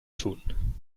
tun